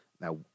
Now